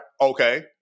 okay